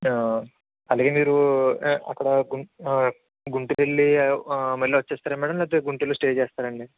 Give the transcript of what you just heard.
అలాగే మీరు అక్కడ గుంటూ గుంటూరెళ్ళి మళ్ళి వచ్చేస్తారా మ్యాడం లేకపోతే గుంటూరులో స్టే చేస్తారా అండి